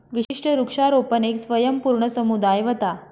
विशिष्ट वृक्षारोपण येक स्वयंपूर्ण समुदाय व्हता